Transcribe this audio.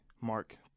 Mark